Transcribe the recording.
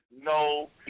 no